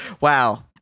Wow